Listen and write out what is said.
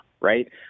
right